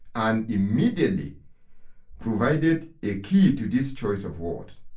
and immediately provided a key to this choice of words.